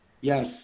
Yes